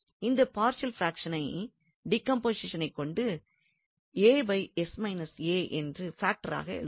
இந்த partial fraction டீகம்போசிஷனைக் கொண்டு என்னும் பாக்டராக எழுதுகிறோம்